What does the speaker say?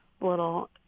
little